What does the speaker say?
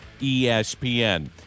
ESPN